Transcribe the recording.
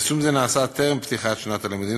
פרסום זה נעשה טרם פתיחת שנת הלימודים